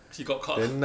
he got caught ah